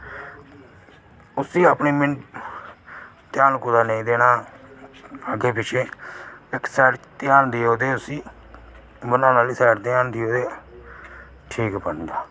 प्ही अपना ध्यान कुदै नेईं देना ते अग्गै पिच्छै इक साईड़ ध्यान देओ ते बनाना आह्ली साईड़ ध्यान देओ ते शैल बनदा